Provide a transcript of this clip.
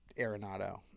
Arenado